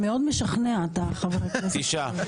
תשעה.